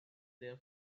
their